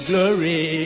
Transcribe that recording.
Glory